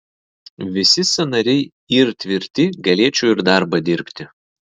visi sąnariai yr tvirti galėčiau ir darbą dirbti